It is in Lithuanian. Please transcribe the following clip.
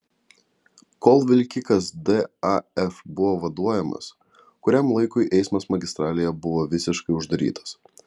kol vilkikas daf buvo vaduojamas kuriam laikui eismas magistralėje buvo visiškai uždarytas